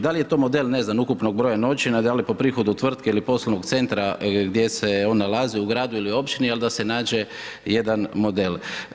Da li je to model, ne znam, ukupnog broja noćenja, da li po prihodu tvrtke ili poslovnog centra gdje se on nalazi u gradu ili općini, ali da se nađe jedan model.